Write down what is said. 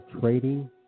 trading